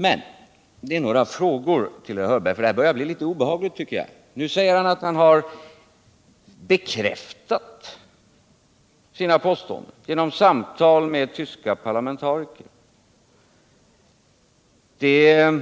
Men jag har några frågor till herr Hörberg, för det här har börjat bli litet obehagligt. Herr Hörberg säger att han fått sina påståenden bekräftade vid samtal med tyska parlamentariker. Det är